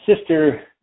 sister